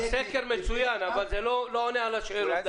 הסקר מצוין אבל זה לא עונה על השאלות.